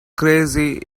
crazy